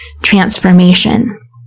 transformation